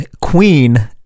Queen